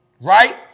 Right